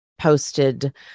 posted